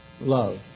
love